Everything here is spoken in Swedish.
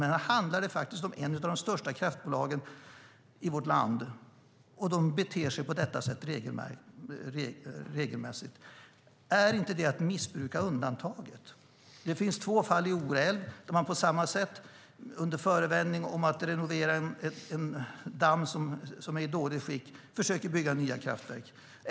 Men här handlar det om ett av de största kraftbolagen i vårt land. De beter sig regelmässigt på detta sätt. Är inte det att missbruka undantaget? Det finns två fall i Ore älv där man på samma sätt under förevändning om att renovera en damm som är i dåligt skick försöker bygga nya kraftverk.